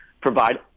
provide